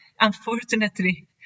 unfortunately